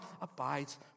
abides